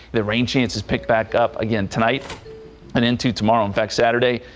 the rain chances pick back up again tonight and into tomorrow in fact saturday.